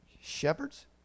Shepherds